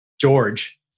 George